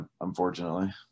unfortunately